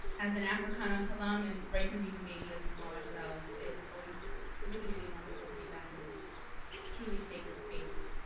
as an africana alum, and rights and reason baby, as we call ourselves, it's always really, really wonderful to be back in this truly sacred space.